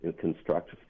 construct